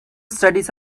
studies